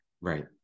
Right